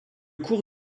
cours